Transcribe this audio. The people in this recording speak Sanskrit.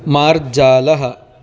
मार्जालः